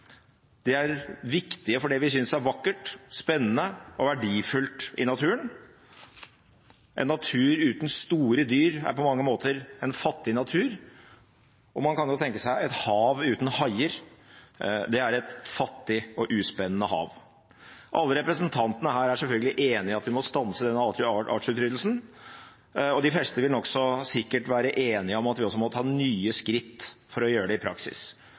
De er viktige fordi vi synes det er vakkert, spennende og verdifullt i naturen. En natur uten store dyr er på mange måter en fattig natur. Man kan jo tenke seg et hav uten haier, det er et fattig og uspennende hav. Alle representantene her er selvfølgelig enig i at vi må stanse denne artsutryddelsen, og de fleste vil nokså sikkert være enige om at vi også må ta nye skritt for å gjøre det i praksis.